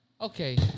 okay